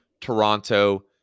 Toronto